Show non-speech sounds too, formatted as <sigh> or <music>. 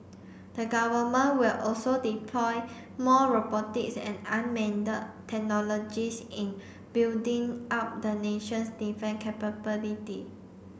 the Government will also deploy more robotics and <unintelligible> technologies in building up the nation's defence capability